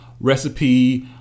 recipe